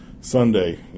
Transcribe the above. Sunday